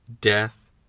death